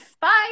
Bye